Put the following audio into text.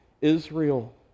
Israel